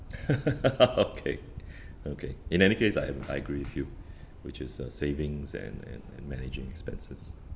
okay okay in any case I am I agree with you which is uh savings and and and and managing expenses